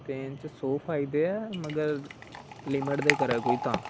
train च सौ फायदे हे मगर लिमट दे करे कोई तां